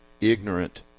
ignorant